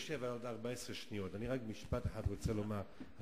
יש לי עוד 14 שניות, אני רוצה לומר רק משפט אחד.